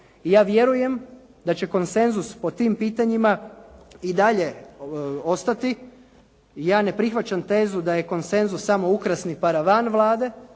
Ja vjerujem da će konsenzus o tim pitanjima i dalje ostati. Ja ne prihvaćam tezu da je konsenzus samo ukrasni paravan Vlade,